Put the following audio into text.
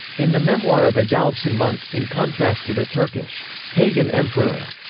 in the memoir of a daljsan monk, in contrast to the turkish pagan emperor.